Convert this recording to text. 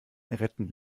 retten